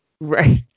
Right